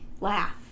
laugh